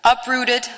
Uprooted